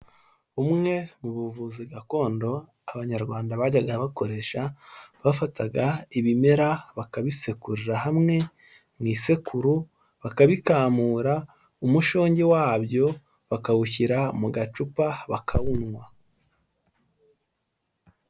Bumwe mu buvuzi gakondo abanyarwanda bajyaga bakoresha; bafataga ibimera bakabisekuririra hamwe mu isekuru, bakabikamura, umushongi wabyo bakawushyira mu gacupa bakawunywa.